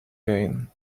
gain